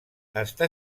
està